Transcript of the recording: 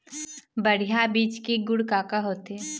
बढ़िया बीज के गुण का का होथे?